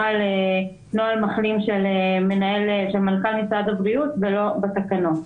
בנוהל מחלים של מנכ"ל משרד הבריאות ולא בתקנות.